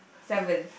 seventh